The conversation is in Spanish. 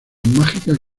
mágicas